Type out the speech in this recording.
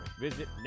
Visit